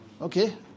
Okay